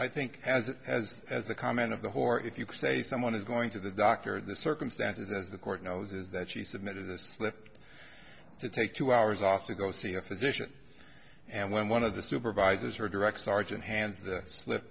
i think as as as the comment of the whore if you could say someone is going to the doctor the circumstances as the court knows is that she submitted a slip to take two hours off to go see a physician and when one of the supervisors or direct sergeant hands the slip